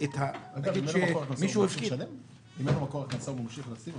אם אין לו מקור הכנסה הוא ממשיך לשלם?